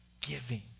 giving